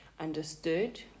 understood